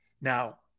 Now